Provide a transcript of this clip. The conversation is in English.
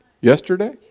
Yesterday